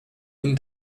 ihn